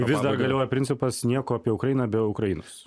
vis dar galioja principas nieko apie ukrainą be ukrainos